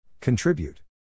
Contribute